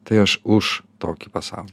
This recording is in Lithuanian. tai aš už tokį pasaulį